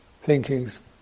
Thinking's